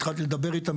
התחלתי לדבר איתם,